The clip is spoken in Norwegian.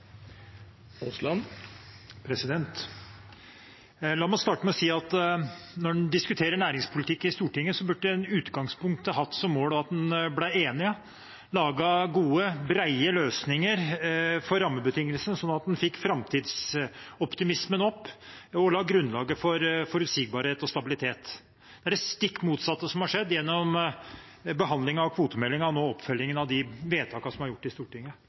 La meg starte med å si at når en diskuterer næringspolitikk i Stortinget, burde en i utgangspunktet hatt som mål at en ble enig, laget gode, brede løsninger for rammebetingelsene, sånn at en fikk framtidsoptimismen opp og la grunnlaget for forutsigbarhet og stabilitet. Det er det stikk motsatte som har skjedd gjennom behandlingen av kvotemeldingen, og gjennom oppfølgingen nå av de vedtakene som er gjort i Stortinget.